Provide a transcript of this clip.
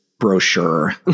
brochure